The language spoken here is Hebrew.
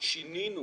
שינינו